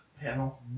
panel